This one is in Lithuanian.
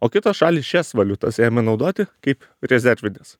o kitos šalys šias valiutas ėmė naudoti kaip rezervines